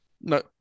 No